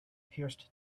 pierced